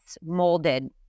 molded